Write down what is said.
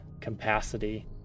capacity